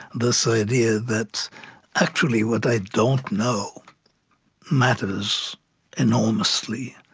this idea that actually, what i don't know matters enormously,